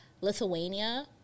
Lithuania